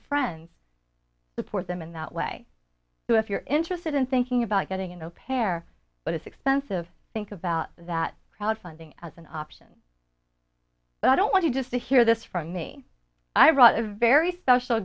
friends the poor them in that way so if you're interested in thinking about getting in a pair but it's expensive think about that crowdfunding as an option but i don't want you just to hear this from me i brought a very special